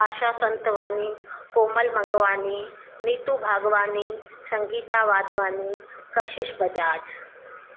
Asha Santwani Komal Mangwani Neetu Bhagwani Sangeeta Wadhwani Kashish Bajaj